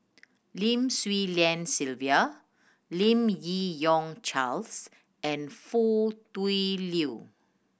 Lim Swee Lian Sylvia Lim Yi Yong Charles and Foo Tui Liew